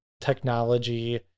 technology